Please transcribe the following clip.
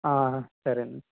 సరే అండి